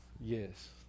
Yes